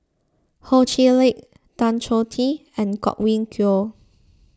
Ho Chee Lick Tan Choh Tee and Godwin Koay